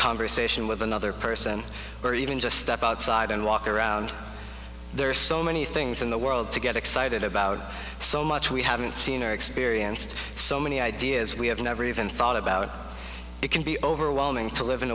conversation with another person or even just step outside and walk around there are so many things in the world to get excited about so much we haven't seen or experienced so many ideas we have never even thought about it can be overwhelming to live in